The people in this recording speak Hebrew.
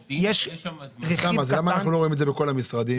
אז למה אנחנו לא רואים את זה בכל המשרדים?